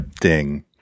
Ding